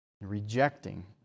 Rejecting